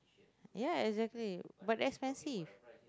yes exactly but expensive